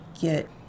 get